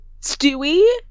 Stewie